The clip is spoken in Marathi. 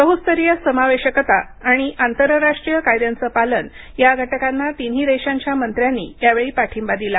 बहुस्तरीय समावेशकता आणि आंतरराष्ट्रीय कायद्यांचं पालन या घटकांना तिन्ही देशांच्या मंत्र्यांनी यावेळी पाठींबा दिला